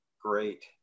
Great